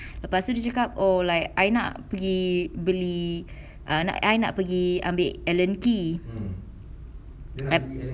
lepas tu dia cakap oh like I nak pergi beli uh I nak pergi ambil allen key